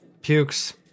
pukes